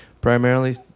primarily